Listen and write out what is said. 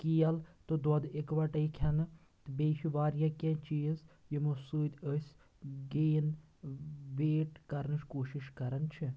کیل تہٕ دۄد اَکوَٹٕے کٮ۪ھنہٕ بیٚیہِ چھ واریاہ کیٚنٛہہ چیٖز یِمو سۭتۍ أسۍ گٮ۪ن وٮ۪ٹ کرنٕچ کوٗشِش کران چھِ